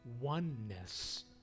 oneness